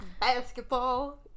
basketball